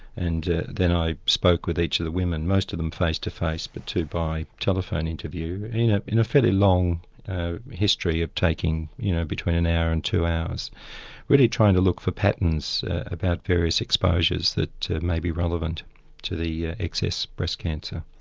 and then i spoke with each of the women, most of them face to face, but two by telephone interview in ah in a fairly long history of taking you know between an hour and two hours really trying to look for patterns about various exposures that may be relevant to the ah excess of breast cancer.